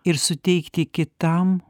ir suteikti kitam